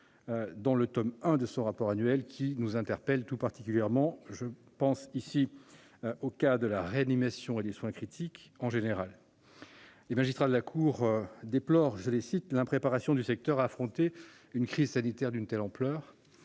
dans le tome I de son rapport annuel nous interpelle tout particulièrement : la situation de la réanimation et des soins critiques en général. Les magistrats de la Cour des comptes déplorent « l'impréparation du secteur à affronter une crise sanitaire d'une telle ampleur ».